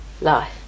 life